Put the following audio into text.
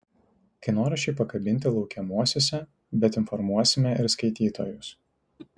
kainoraščiai pakabinti laukiamuosiuose bet informuosime ir skaitytojus